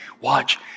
watch